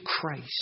Christ